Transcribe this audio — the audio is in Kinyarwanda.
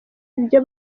ibyo